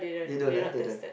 they don't ah they don't